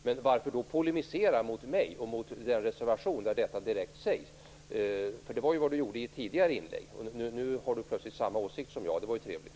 Men varför då polemisera mot mig och mot den reservation där detta direkt sägs? Det var nämligen vad Kurt Ove Johansson gjorde i ett tidigare inlägg. Nu har han plötsligt samma åsikt som jag, och det är ju trevligt.